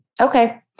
Okay